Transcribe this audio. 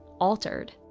altered